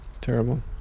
Terrible